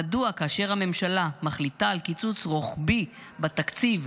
מדוע כאשר הממשלה מחליטה על 'קיצוץ רוחבי' בתקציב,